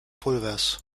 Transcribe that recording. pulvers